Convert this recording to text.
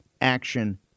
action